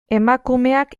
emakumeak